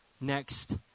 Next